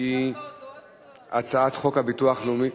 שהיא הצעת חוק הביטוח הלאומי,